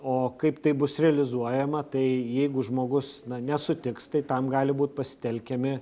o kaip tai bus realizuojama tai jeigu žmogus nesutiks tai tam gali būt pasitelkiami